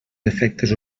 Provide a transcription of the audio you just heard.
efectes